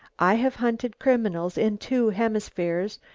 i have hunted criminals in two hemispheres,